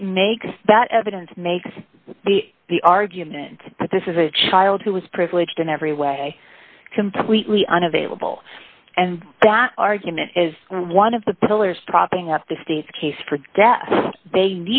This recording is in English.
it makes that evidence makes the the argument that this is a child who was privileged in every way completely unavailable and that argument is one of the pillars propping up the state's case for death they